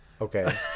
Okay